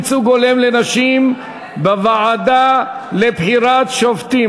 ייצוג הולם לנשים בוועדה לבחירת שופטים),